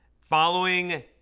Following